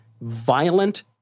violent